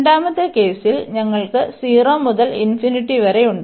രണ്ടാമത്തെ കേസിൽ നിങ്ങൾക്ക് 0 മുതൽ വരെ ഉണ്ട്